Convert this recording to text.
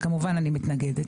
וכמובן אני מתנגדת.